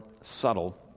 subtle